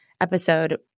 episode